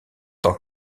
tant